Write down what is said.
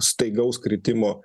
staigaus kritimo